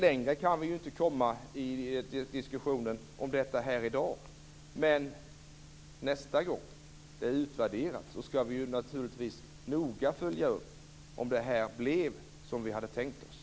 Längre kan vi inte komma i diskussionen om detta i dag, men nästa gång det utvärderas skall vi naturligtvis noga följa upp om det blev som vi hade tänkt oss.